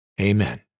Amen